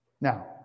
Now